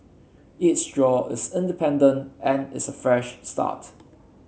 each draw is independent and is a fresh start